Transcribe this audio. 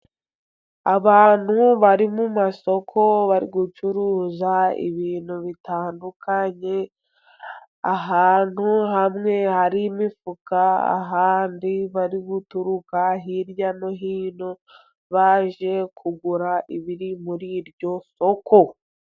Abantu bari mu masoko bari gucuruza ibintu bitandukanye, ahantu hamwe hari imifuka, ahandi bari guturuka hirya no hino, baje kugura ibiri muri iryo soko.